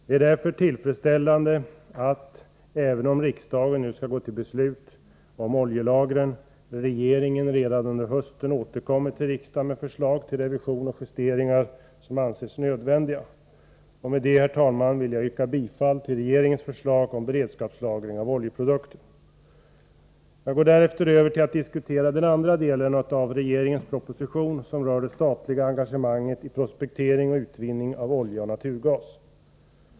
Det är därför tillfredsställande att, även om riksdagen nu går till beslut om oljelagren, regeringen redan under hösten återkommer till riksdagen med förslag till revision och justeringar som anses nödvändiga: Med detta vill jag yrka bifall till regeringens förslag om beredskapslagring av oljeprodukter. Därefter övergår jag till att diskutera den andra delen av regeringens proposition. Den rör det statliga engagemanget i prospektering och utvinning av olja och naturgas.